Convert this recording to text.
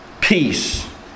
peace